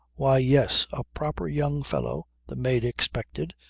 why, yes. a proper young fellow, the mate expected,